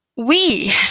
we,